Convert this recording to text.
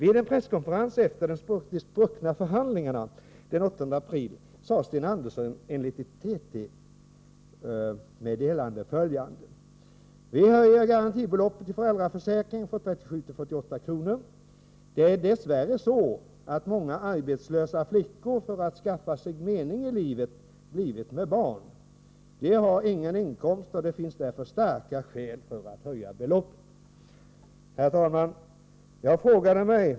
På en presskonferens efter de spruckna förhandlingarna den 8 april sade Sten Andersson följande enligt ett TT-meddelande: ”Vi höjer garantibeloppet i föräldraförsäkringen från 37 till 48 kronor. Det är dess värre så att många arbetslösa flickor, för att skaffa sig mening i livet, blivit med barn. De har ingen inkomst och det finns därför starka skäl för att höja beloppet.” Herr talman!